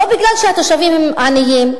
לא מפני שהתושבים עניים,